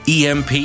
EMP